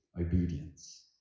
obedience